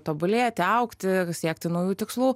tobulėti augti siekti naujų tikslų